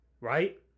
Right